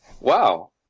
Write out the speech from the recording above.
Wow